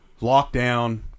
lockdown